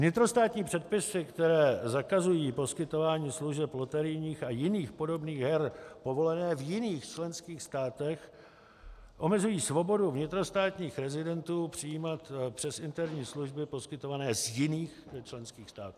Vnitrostátní předpisy, které zakazují poskytování služeb loterijních a jiných podobných her povolené v jiných členských státech, omezují svobodu vnitrostátních rezidentů přijímat přes interní služby poskytované z jiných členských států.